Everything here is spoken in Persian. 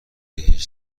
بهش